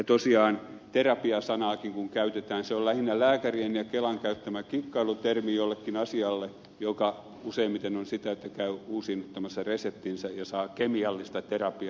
tosiaan terapia sanaakin kun käytetään se on lähinnä lääkärien ja kelan käyttämä kikkailutermi jollekin asialle joka useimmiten on sitä että käy uusituttamassa reseptinsä ja saa kemiallista terapiaa